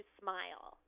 smile